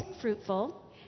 fruitful